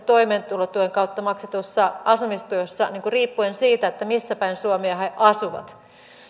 toimeentulotuen kautta maksetussa asumistuessa riippuen siitä missäpäin suomea he asuvat